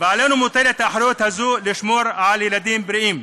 ועלינו מוטלת האחריות הזאת לשמור על ילדים בריאים.